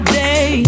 day